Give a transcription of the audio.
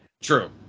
true